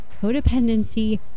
Codependency